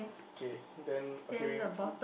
okay then okay we w~ w~